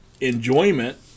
enjoyment